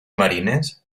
marines